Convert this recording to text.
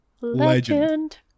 Legend